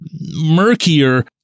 murkier